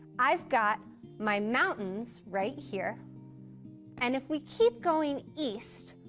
i've got my mountains right here and if we keep going east,